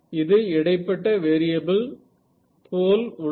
இது இடைப்பட்ட வேரியபில் போல் உள்ளது